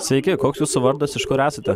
sveiki koks jūsų vardas iš kur esate